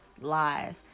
live